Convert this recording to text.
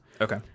Okay